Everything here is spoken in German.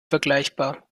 vergleichbar